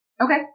Okay